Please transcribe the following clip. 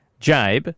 Jabe